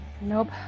Nope